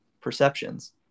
perceptions